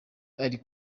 ari